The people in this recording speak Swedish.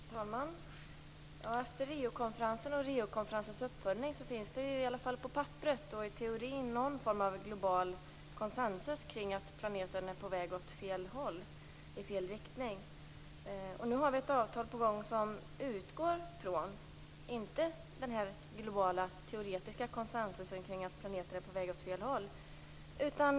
Herr talman! Efter EU-konferensen om Riokonferensens uppföljning finns i alla fall på papperet och i teorin någon form av global konsensus om att planeten är på väg åt fel håll och i fel riktning. Nu har vi ett avtal på gång som inte utgår från denna globala teoretiska konsensus om att planeten är på väg åt fel håll.